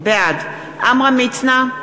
בעד עמרם מצנע,